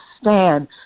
stand